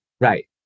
Right